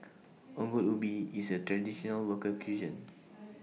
Ongol Ubi IS A Traditional Local Cuisine